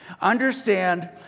understand